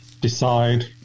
decide